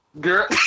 girl